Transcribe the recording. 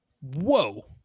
whoa